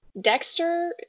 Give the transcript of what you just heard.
Dexter